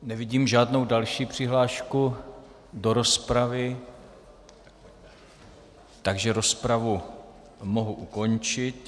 Nevidím žádnou další přihlášku do rozpravy, takže rozpravu mohu ukončit.